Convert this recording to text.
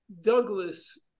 Douglas